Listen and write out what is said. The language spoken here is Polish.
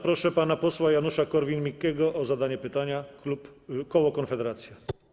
Proszę pana posła Janusza Korwin-Mikkego o zadanie pytania, koło Konfederacja.